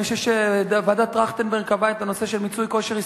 אני חושב שוועדת-טרכטנברג קבעה את הנושא של מיצוי כושר השתכרות,